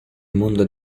mondo